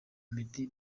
meddy